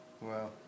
wow